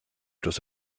dass